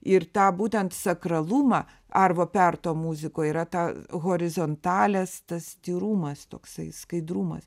ir tą būtent sakralumą arvo perto muzikoj yra ta horizontalės tas tyrumas toksai skaidrumas